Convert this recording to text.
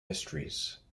mysteries